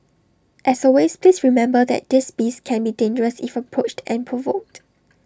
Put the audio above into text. as always please remember that these beasts can be dangerous if approached and provoked